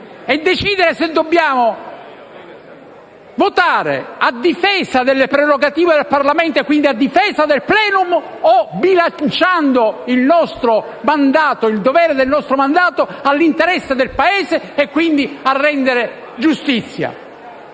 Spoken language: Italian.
decidere se votare a difesa delle prerogative del Parlamento, e quindi a difesa del *plenum*, o se votare bilanciando il dovere del nostro mandato con l'interesse del Paese, quindi per rendere giustizia.